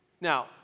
Now